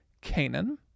Canaan